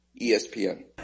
ESPN